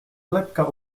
lekka